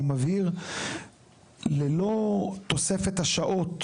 אני מבהיר, ללא תוספת השעות